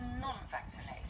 non-vaccinated